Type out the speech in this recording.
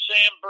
Sam